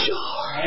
Sure